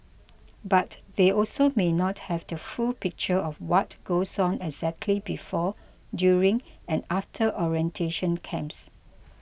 but they also may not have the full picture of what goes on exactly before during and after orientation camps